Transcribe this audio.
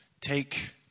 take